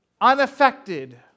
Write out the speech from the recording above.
unaffected